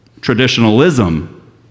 traditionalism